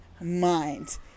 mind